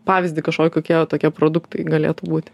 pavyzdį kažkokį kokie tokie produktai galėtų būti